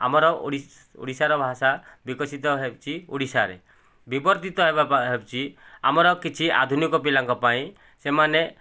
ଆମର ଓଡ଼ିଶାର ଭାଷା ବିକଶିତ ହେଉଛି ଓଡ଼ିଶାରେ ବିବର୍ତ୍ତିତ ହେବାକୁ ହେଉଛି ଆମର କିଛି ଆଧୁନିକ ପିଲାଙ୍କ ପାଇଁ ସେମାନେ